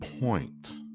point